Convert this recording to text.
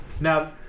Now